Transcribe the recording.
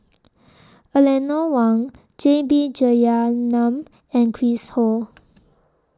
Eleanor Wong J B Jeyaretnam and Chris Ho